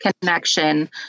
connection